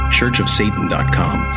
churchofsatan.com